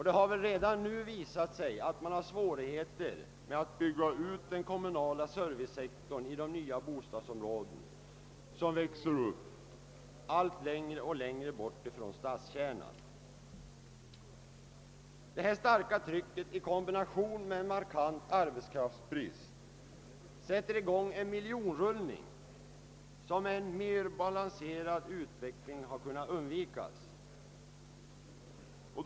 Det har väl redan nu visat sig, att man har svårigheter att: bygga ut den kommunala servicesektorn i de nya bostadsområden som växer upp allt längre från stadskärnan. Detta starka tryck i kombination med en markant arbetskraftsbrist sätter i gång en miljonrullning :som kunnat undvikas genom en mer balanserad utveckling.